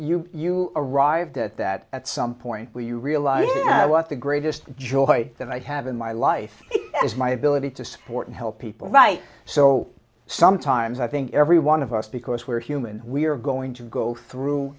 your you arrived at that at some point where you realize what the greatest joy that i have in my life is my ability to support and help people right so sometimes i think every one of us because we're human we're going to go through